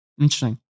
Interesting